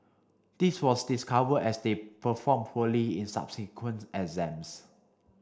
this was discovered as they performed poorly in subsequent exams